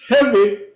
heavy